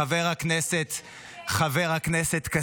חבר הכנסת כסיף.